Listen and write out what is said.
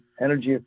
energy